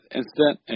incident